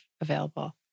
available